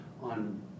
on